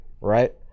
right